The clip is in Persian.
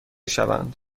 شوند